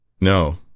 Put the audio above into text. No